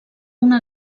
una